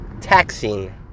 taxing